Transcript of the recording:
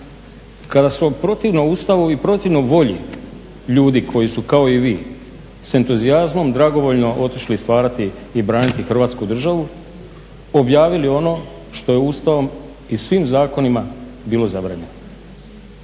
kada smo protivno Ustavu i protivno volji ljudi koji su kao i vi s entuzijazmom, dragovoljno otišli stvarati i braniti Hrvatsku državu, objavili ono što je Ustavom i svim zakonima bilo zabranjeno.